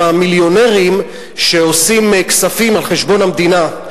מיליונרים שעושים כספים על חשבון המדינה.